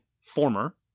former